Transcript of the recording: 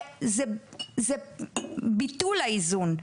זה ביטול האיזון.